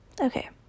Okay